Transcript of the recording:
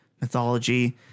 mythology